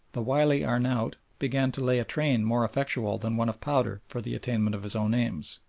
the wily arnaout began to lay a train more effectual than one of powder for the attainment of his own aims.